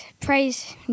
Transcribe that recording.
praise